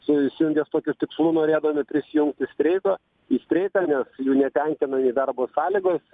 su įsijungė su tokiu tikslu norėdami prisijungti streiką į streiką nes jų netenkina nei darbo sąlygos